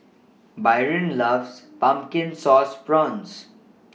Byron loves Pumpkin Sauce Prawns